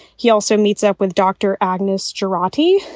he also meets up with dr. agnes geraghty,